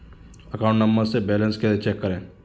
Account number से balance कैसे check करें?